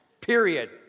Period